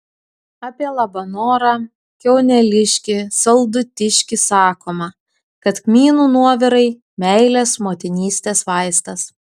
apie labanorą kiauneliškį saldutiškį sakoma kad kmynų nuovirai meilės motinystės vaistas